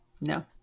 No